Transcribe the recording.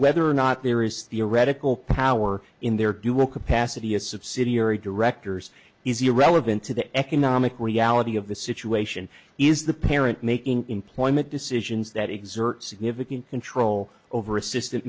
whether or not there is theoretical power in their dual capacity a subsidiary directors is irrelevant to the economic reality of the situation is the parent making employment decisions that exert significant control over assistant